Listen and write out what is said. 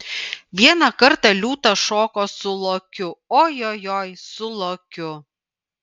vieną kartą liūtas šoko su lokiu ojojoi su lokiu